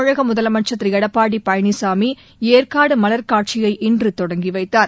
தமிழக முதலமைச்ச் திரு எடப்பாடி பழனிசாமி ஏற்காடு மலர் காட்சியை இன்று தொடங்கி வைத்தார்